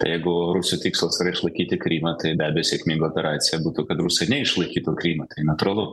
tai jeigu rusų tikslas yra išlaikyti krymą tai be abejo sėkminga operacija būtų kad rusai neišlaikytų krymą tai natūralu